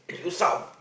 yo sup